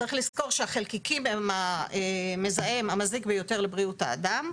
צריך לזכור שהחלקיקים הם המזהם המזיק ביותר לבריאות האדם.